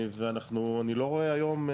ואני לא רואה היום,